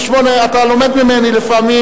זה לא סעיף 88. אתה לומד ממני לפעמים,